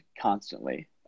constantly